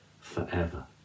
forever